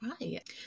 right